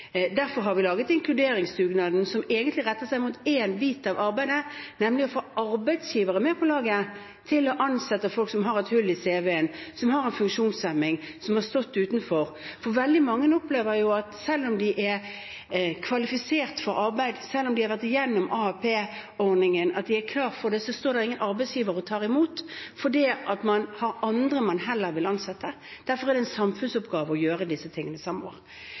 Derfor har vi laget inkluderingsdugnaden, som egentlig retter seg mot én bit av arbeidet, nemlig å få arbeidsgivere med på laget til å ansette folk som har hull i cv-en, som har en funksjonshemning, som har stått utenfor. For veldig mange opplever at selv om de er kvalifisert for arbeid, selv om de har vært igjennom AAP-ordningen, at de er klar for det, så står det ingen arbeidsgivere og tar imot, fordi man har andre man heller vil ansette. Derfor er det en samfunnsoppgave å gjøre disse tingene